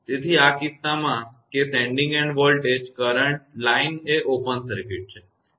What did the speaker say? તેથી આ કિસ્સામાં કે sending end voltage current line એ ઓપન સર્કિટ છે